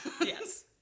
Yes